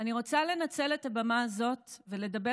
אני רוצה לנצל את הבמה הזאת ולדבר